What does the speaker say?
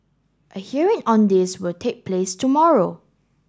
a hearing on this will take place tomorrow